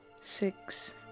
Six